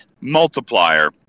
multiplier